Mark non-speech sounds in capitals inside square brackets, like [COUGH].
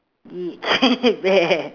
!ee! [NOISE] carebear